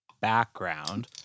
background